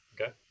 Okay